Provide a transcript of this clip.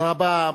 תודה רבה.